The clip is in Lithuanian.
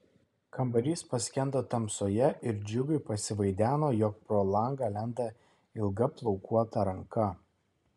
kambarys paskendo tamsoje ir džiugui pasivaideno jog pro langą lenda ilga plaukuota ranka